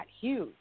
huge